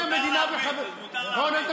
אז מותר להרביץ.